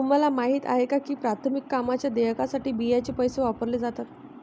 तुम्हाला माहिती आहे का की प्राथमिक कामांच्या देयकासाठी बियांचे पैसे वापरले जातात?